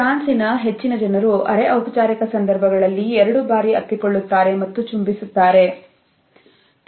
ಫ್ರಾನ್ಸಿನ ಹೆಚ್ಚಿನ ಜನರು ಅರೆ ಔಪಚಾರಿಕ ಸಂದರ್ಭಗಳಲ್ಲಿ ಎರಡು ಬಾರಿ ಅಪ್ಪಿಕೊಳ್ಳುತ್ತಾರೆ ಮತ್ತು ಚುಂಬಿಸುತ್ತಾರೆ ಎಂದು ಪರಿಗಣಿಸುವುದಿಲ್ಲ